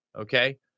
okay